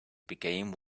became